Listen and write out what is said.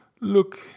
Look